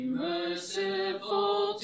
merciful